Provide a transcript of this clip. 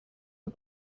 are